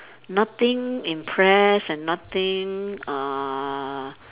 nothing impress and nothing uh